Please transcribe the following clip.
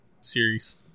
series